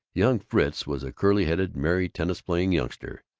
young fritz was a curly-headed, merry, tennis-playing youngster.